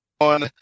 on